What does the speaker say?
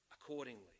accordingly